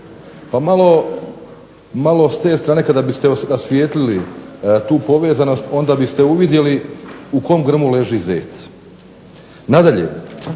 Pa malo s te strane kada biste rasvijetlili tu povezanost onda biste uvidjeli u kom grmu leži zec. Nadalje,